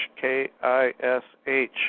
K-I-S-H